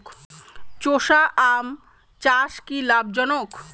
চোষা আম চাষ কি লাভজনক?